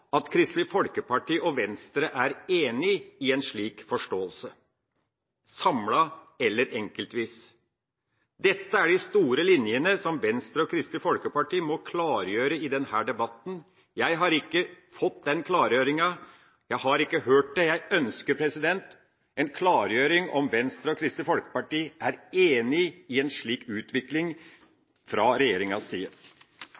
at Kristelig Folkeparti og Venstre er enig i en slik forståelse – samlet eller enkeltvis. Dette er de store linjene som Venstre og Kristelig Folkeparti må klargjøre i denne debatten. Jeg har ikke fått den klargjøringa. Jeg har ikke hørt det jeg ønsker, en klargjøring av om Venstre og Kristelig Folkeparti er enig i en slik